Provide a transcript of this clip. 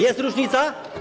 Jest różnica?